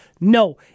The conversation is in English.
No